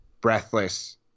Breathless